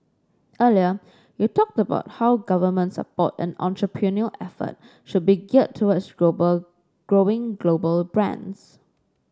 earlier you talked about how government support and entrepreneurial effort should be geared towards global growing global brands